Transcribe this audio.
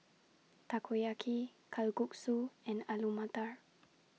Takoyaki Kalguksu and Alu Matar